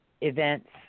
events